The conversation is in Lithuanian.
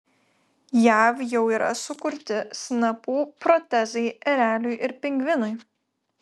jav jau yra sukurti snapų protezai ereliui ir pingvinui